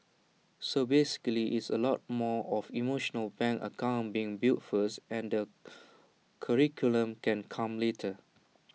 so basically IT is A lot more of emotional bank account being built first and the curriculum can come later